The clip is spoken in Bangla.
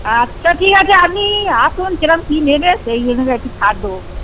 আচ্ছা ঠিক আছে আপনি আসুন কীরকম কী নেবে সেই অনুযায়ী আর কি ছাড় দেবোখন